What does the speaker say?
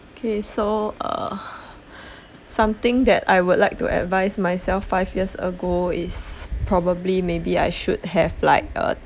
okay so err something that I would like to advise myself five years ago is probably maybe I should have like uh